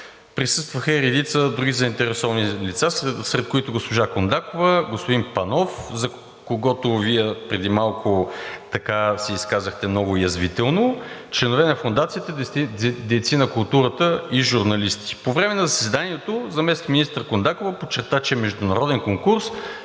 присъстваха и редица други заинтересовани лица, сред които госпожа Кондакова, господин Панов, за когото Вие преди малко се изказахте много язвително, членове на Фондацията, дейци на културата и журналисти. По време на заседанието заместник-министър Кондакова подчерта, че международен конкурс